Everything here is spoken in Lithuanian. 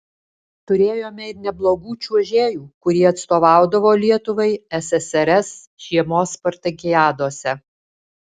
turėjome ir neblogų čiuožėjų kurie atstovaudavo lietuvai ssrs žiemos spartakiadose